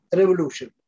revolution